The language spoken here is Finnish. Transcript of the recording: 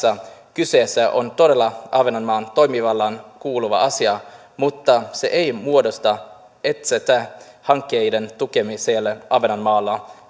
kyseessä on todella ahvenanmaan toimivaltaan kuuluva asia mutta se ei muodosta estettä hankkeiden tukemiselle ahvenanmaalla